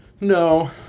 No